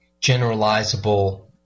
generalizable